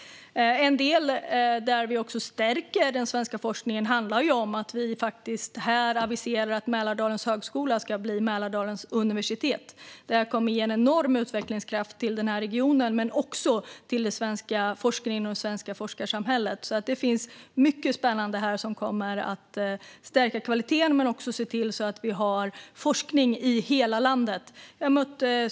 En del där vi också stärker den svenska forskningen handlar om att vi aviserar att Mälardalens högskola ska bli Mälardalens universitet. Det kommer att ge en enorm utvecklingskraft inte bara till den här regionen utan också till den svenska forskningen och det svenska forskarsamhället. Det finns alltså mycket spännande här som kommer att stärka kvaliteten men också se till att vi har forskning i hela landet.